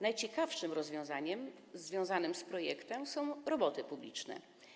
Najciekawszym rozwiązaniem związanym z projektem są roboty publiczne.